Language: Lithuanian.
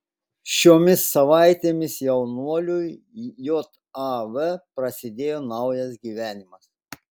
šiomis savaitėmis jaunuoliui jav prasidėjo naujas gyvenimas